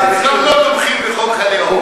אצלם לא תומכים בחוק הלאום.